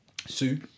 sue